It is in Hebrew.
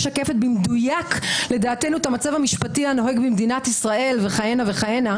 משקף במדויק לדעתכם את המצב המשפטי הנוהג במדינת ישראל וכהנה וכהנה.